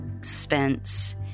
Spence